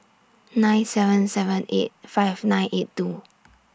nine seven seven eight five nine eight two